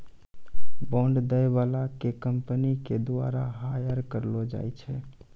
bond दै बाला के कंपनी के द्वारा हायर करलो जाय छै